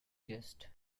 jest